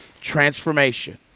Transformation